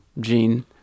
gene